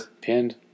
pinned